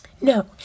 no